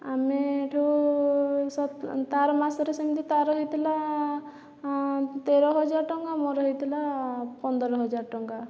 ଆମେ ଏଠୁ ତାର ମାସରେ ସେମିତି ତାର ହେଇଥିଲା ତେରହଜାର ଟଙ୍କା ମୋର ହେଇଥିଲା ପନ୍ଦରହଜାର ଟଙ୍କା